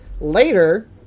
later